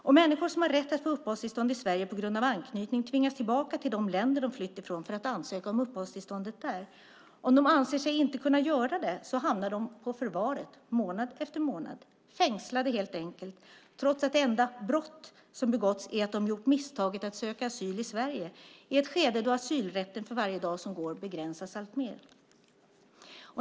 Och människor som har rätt att få uppehållstillstånd i Sverige på grund av anknytning tvingas tillbaka till de länder de flytt ifrån för att ansöka om uppehållstillstånd därifrån. Om de anser sig inte kunna göra det hamnar de på förvaret, månad efter månad. De är helt enkelt fängslade - trots att det enda "brott" som begåtts är att de gjort misstaget att söka asyl i Sverige i ett skede då asylrätten för varje dag som går begränsas alltmer.